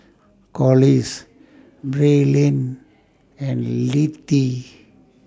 Collis Braylen and Littie